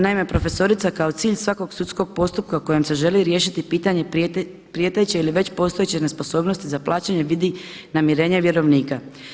Naime, profesorica kao cilj svakog sudskog postupka kojim se želi riješiti pitanje prijeteće ili već postojeće nesposobnosti za plaćanje vidi namirenje vjerovnika.